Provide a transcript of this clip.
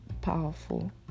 powerful